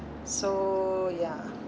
so ya